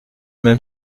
même